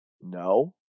no